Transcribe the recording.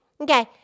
Okay